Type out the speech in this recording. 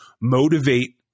motivate